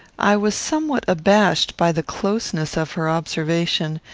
i was somewhat abashed by the closeness of her observation,